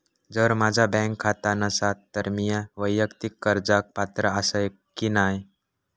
जर माझा बँक खाता नसात तर मीया वैयक्तिक कर्जाक पात्र आसय की नाय?